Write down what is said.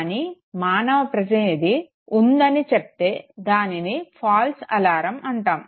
కానీ మానవ ప్రతినిధి ఉందని చెప్తే దానిని ఫాల్స్ అలారం అంటాము